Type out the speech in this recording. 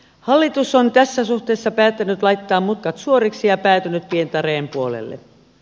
hallitus on tässä suhteessa päättänyt laittaa mutkat suoriksi ja päätynyt pientareen puolelle